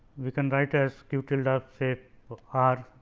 we can write as q tilde ah say but r